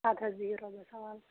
اَدٕ حظ بِہو رۄبَس حوالہٕ